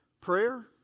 Prayer